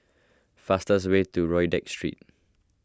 faster way to Rodyk Street